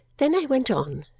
then i went on,